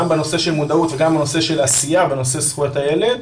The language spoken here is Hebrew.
בנושא של מודעות וגם בנושא של העשייה בנושא זכויות הילד,